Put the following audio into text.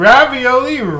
Ravioli